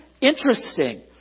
interesting